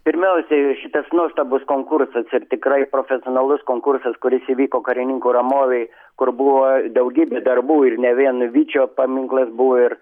pirmiausiai šitas nuostabus konkursas ir tikrai profesionalus konkursas kuris įvyko karininkų ramovėje kur buvo daugybė darbų ir ne vien vyčio paminklas buvo ir